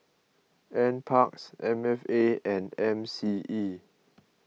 N Parks M F A and M C E